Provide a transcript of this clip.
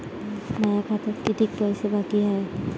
माया खात्यात कितीक पैसे बाकी हाय?